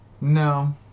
No